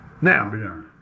Now